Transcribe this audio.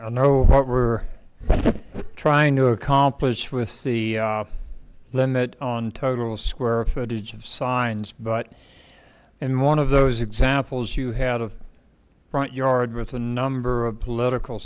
i don't know what we're trying to accomplish with the then that on total square footage of signs but in one of those examples you had a front yard with a number of political